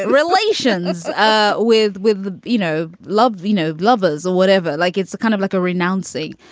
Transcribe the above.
relations ah with with, you know, love, vino, glovers or whatever. like it's kind of like a renouncing.